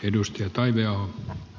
arvoisa puhemies